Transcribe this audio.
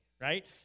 right